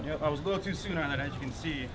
and you can see